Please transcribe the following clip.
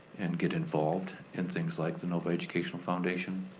and get involved in things like the novi educational foundation,